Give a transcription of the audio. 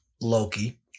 Loki